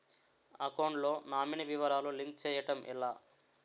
Account లో nominee వివరాలు link చేయటం ఎలా?